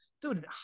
Dude